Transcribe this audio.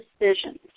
decisions